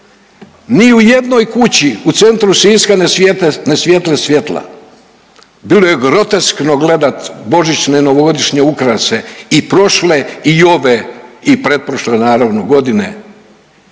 ni u jednoj kući u centru Siska ne svijetle, ne svijetle svjetla. Bilo je groteskno gledati božićne i novogodišnje ukrase i prošle i ove i pretprošle naravno godine